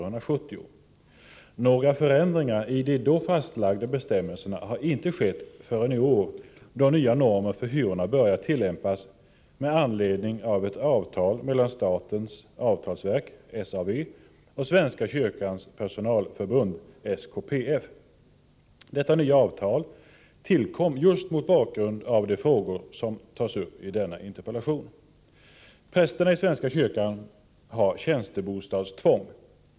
Några förändringar i de då fastlagda bestämmelserna har inte skett förrän i år, då nya normer för hyrorna börjar tillämpas med anledning av ett avtal mellan statens avtalsverk och Svenska kyrkans personalförbund . Detta nya avtal tillkom just mot bakgrund av de frågor som tas upp i denna interpellation. Prästerna i svenska kyrkan har tjänstebostadstvång.